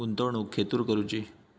गुंतवणुक खेतुर करूची?